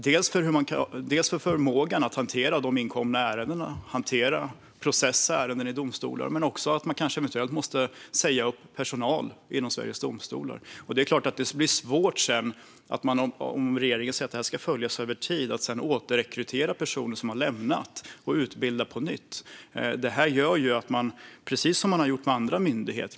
Det handlar om förmågan att hantera de inkomna ärendena i domstolar men också om att man kanske måste säga upp personal inom Sveriges Domstolar. Det är klart att det blir svårt, om regeringen säger att det här ska följas över tid, att sedan återrekrytera personer som har lämnat verksamheten och utbilda på nytt.